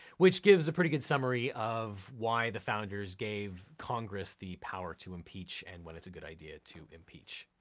which gives a pretty good summary of why the founders gave congress the power to impeach and when it's a good idea to impeach.